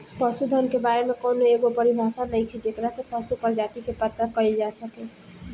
पशुधन के बारे में कौनो एगो परिभाषा नइखे जेकरा से पशु प्रजाति के पता कईल जा सके